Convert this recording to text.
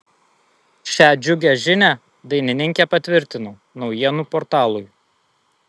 šią džiugią žinią dainininkė patvirtino naujienų portalui